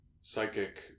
psychic